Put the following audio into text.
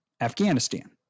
Afghanistan